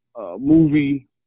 movie